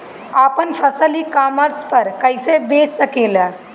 आपन फसल e commerce पर कईसे बेच सकिले?